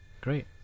Great